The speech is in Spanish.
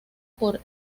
por